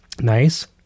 Nice